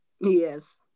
Yes